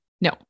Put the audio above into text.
no